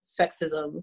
sexism